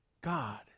God